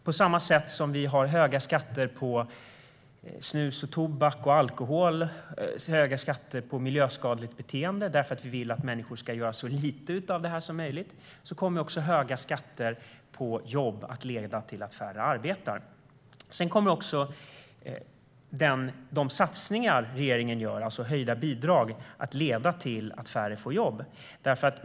På samma sätt som vi har höga skatter på snus, tobak, alkohol och miljöskadligt beteende, eftersom vi vill att människor ska göra så lite av det här som möjligt, kommer också höga skatter på jobb att leda till att färre arbetar. De satsningar regeringen gör, alltså höjda bidrag, kommer också att leda till att färre får jobb.